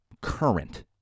current